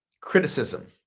criticism